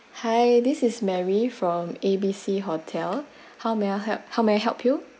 hi this is mary from a b c hotel how may I help how may I help you